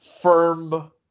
firm